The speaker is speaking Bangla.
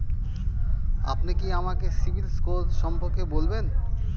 আপনি কি আমাকে সিবিল স্কোর সম্পর্কে বলবেন?